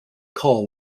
call